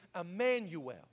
Emmanuel